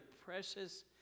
precious